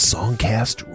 Songcast